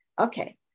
Okay